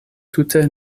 tute